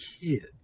kid